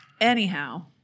Anyhow